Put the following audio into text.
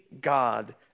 God